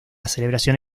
celebración